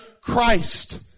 Christ